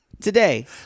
today